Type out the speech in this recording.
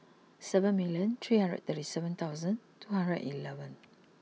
seven million three hundred thirty seven thousand two hundred eleven